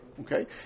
Okay